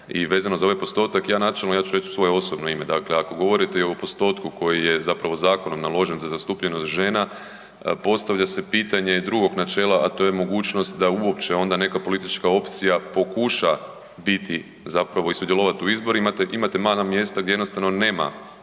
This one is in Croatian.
i vezano za ovaj postotak, ja načelno, ja ću reći u svoje osobno ime, dakle ako govorite o postotku koji je zakonom naložen za zastupljenost žena, postavlja se pitanje drugog načela, a to je mogućnost da uopće onda neka politička opcija pokuša biti i sudjelovati u izborima. Imate manja mjesta gdje jednostavno nema